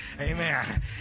Amen